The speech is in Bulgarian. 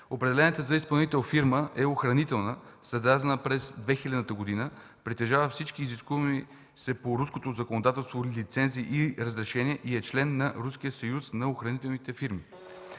Определената за изпълнител фирма е охранителна, създадена през 2000 г., притежава всички изискуеми се по руското законодателство лицензи и разрешения и е член на Руския съюз на охранителните фирми.